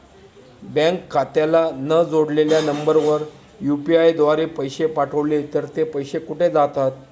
Bank खात्याला न जोडलेल्या नंबरवर यु.पी.आय द्वारे पैसे पाठवले तर ते पैसे कुठे जातात?